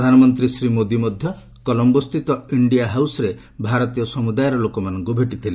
ପ୍ରଧାନମନ୍ତ୍ରୀ ଶ୍ରୀ ମୋଦି ମଧ୍ୟ କଲମ୍ଘୋ ସ୍ଥିତ ଇଣ୍ଡିଆ ହାଉସ୍ରେ ଭାରତୀୟ ସମୁଦାୟର ଲୋକମାନଙ୍କୁ ଭେଟିଥିଲେ